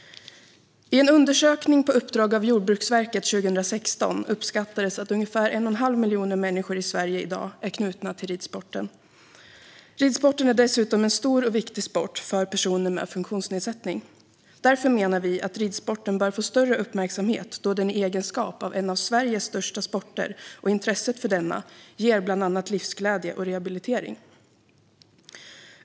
I en undersökning gjord 2016 på uppdrag av Jordbruksverket uppskattades att ungefär 1 1⁄2 miljon människor i Sverige är knutna till ridsporten. Ridsporten är dessutom en stor och viktig sport för personer med funktionsnedsättning. Vi menar att ridsporten bör få större uppmärksamhet eftersom den är en av Sveriges största sporter och som intresse ger bland annat livsglädje och rehabilitering.